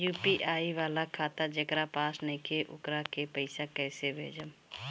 UPI वाला खाता जेकरा पास नईखे वोकरा के पईसा कैसे भेजब?